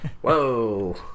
Whoa